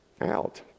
out